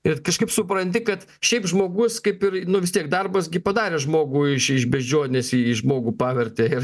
ir kažkaip supranti kad šiaip žmogus kaip ir nu vis tiek darbas gi padarė žmogų iš iš beždžionės į į žmogų pavertė